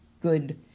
good